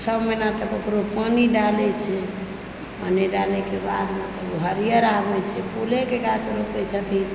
छओ महीना तक ओकरो पानि डालए छै पानि डालैके बादमे फेर ओ हरियर आबए छै फूले कऽ गाछ रोपए छथिन